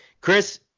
Chris